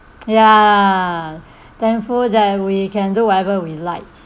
ya thankful that we can do whatever we like